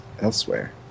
elsewhere